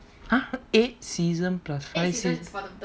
!huh! eight seasons plus five seasons